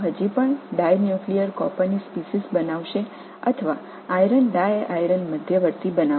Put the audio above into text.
அவைகள் இன்னும் ஒரு டைநூக்கிலீயர் காப்பர் இனத்தை உருவாக்கப் போகிறதா அல்லது இரும்பு ஒரு இரும்பு டைஇரும்பு இடைநிலையை உருவாக்குமா